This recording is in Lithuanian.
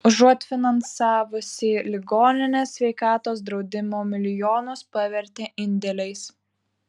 užuot finansavusi ligonines sveikatos draudimo milijonus pavertė indėliais